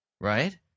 right